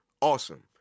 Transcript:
awesome